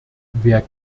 wer